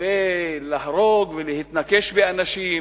ולהרוג ולהתנקש באנשים.